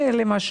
תן לי דוגמה.